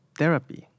therapy